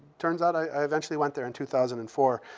turns out i eventually went there in two thousand and four.